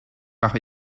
par